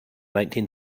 nineteen